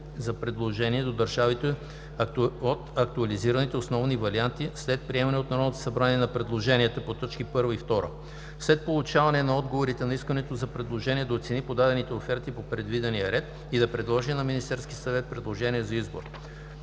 за предложение до държавите от актуализираните основни варианти, след приемане от Народното събрание на предложенията по точки 1 и 2. 4. След получаване на отговорите на Искането за предложение да оцени подадените оферти по предвидения ред и да предложи на Министерския съвет предложение за избор.